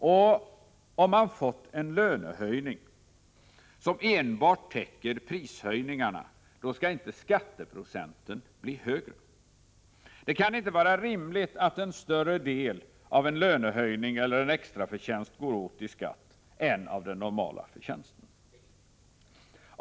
Om man fått en lönehöjning som enbart täcker prishöjningarna skall inte skatteprocenten bli högre. Det kan inte vara rimligt att en större del av en lönehöjning eller en extra förtjänst går åt i skatt än av den normala förtjänsten.